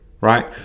right